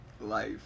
life